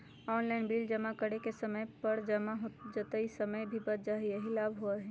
Online bill जमा करे से समय पर जमा हो जतई और समय भी बच जाहई यही लाभ होहई?